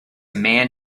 man